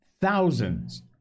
Thousands